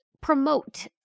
promote